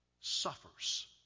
suffers